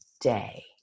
day